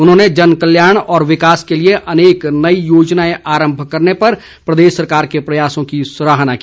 उन्होंने जनकल्याण और विकास के लिए अनेक नई योजनाएं आरम्भ करने पर प्रदेश सरकार के प्रयासों की सराहना की